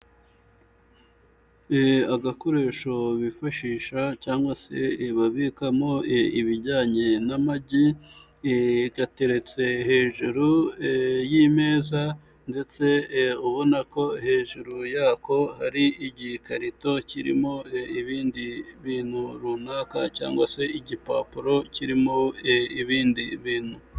Agakoresho bifashisha cyangwa se babikamo ibijyanye n'amagi gateretse hejuru y'imeza ndetse ubona ko hejuru yako ari igikarito kirimo ibindi bintu runaka cyangwa se igipapuro kirimo ibindi bintu.